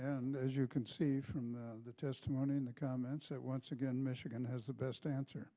and as you can see from the testimony in the comments that once again michigan has the best answer